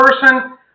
person